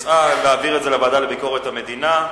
הוצע להעביר את זה לוועדה לביקורת המדינה.